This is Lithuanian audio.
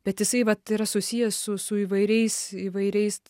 bet jisai vat yra susijęs su su įvairiais įvairiais